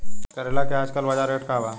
करेला के आजकल बजार रेट का बा?